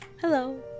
Hello